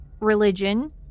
religion